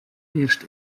eerst